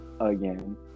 again